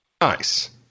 Nice